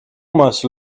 must